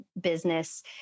business